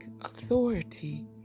authority